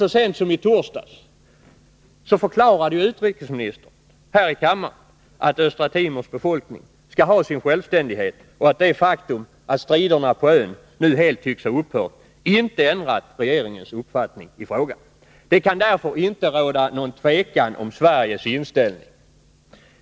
Så sent som i torsdags förklarade utrikesministern här i kammaren att Östra Timors befolkning skall ha sin självständighet och att det faktum att striderna på ön nu helt tycks ha upphört inte ändrat regeringens uppfattning i frågan. Det kan därför inte råda något tvivel om Sveriges inställning.